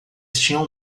tinham